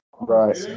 Right